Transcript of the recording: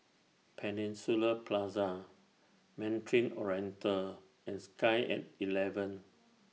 Peninsula Plaza Mandarin Oriental and Sky At eleven